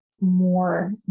more